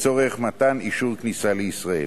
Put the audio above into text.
לצורך מתן אישור כניסה לישראל.